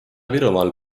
virumaal